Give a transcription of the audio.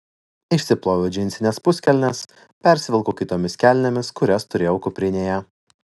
išsiploviau džinsines puskelnes persivilkau kitomis kelnėmis kurias turėjau kuprinėje